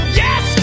yes